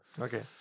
Okay